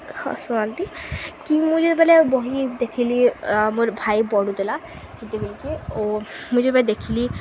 ହଁ ଶୁଣନ୍ତି କି ମୁଁ ଯେତେବେଳେ ବହି ଦେଖିଲି ମୋର ଭାଇ ପଢ଼ୁଥିଲା ସେତେବେଳକେ ଓ ମୁଁ ଯେବେ ଦେଖିଲି